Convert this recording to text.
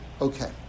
Okay